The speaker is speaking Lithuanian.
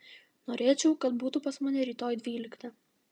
norėčiau kad būtų pas mane rytoj dvyliktą